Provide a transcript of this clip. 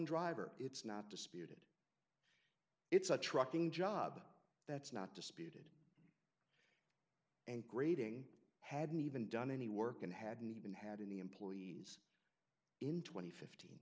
driver it's not dispute it's a trucking job that's not dispute and grading hadn't even done any work and hadn't even had an employee in twenty fi